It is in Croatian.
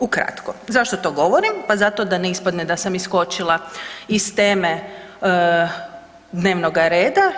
Ukratko, zašto to govorim, pa zato da ne ispadne da sam iskočila iz teme dnevnoga reda.